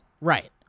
Right